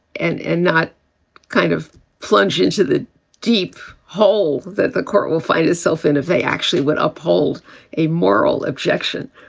and and not kind of plunge into the deep hole that the court will find itself in if they actually would uphold a moral objection.